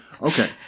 Okay